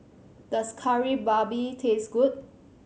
does Kari Babi taste good